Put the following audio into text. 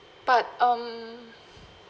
but um